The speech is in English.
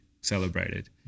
celebrated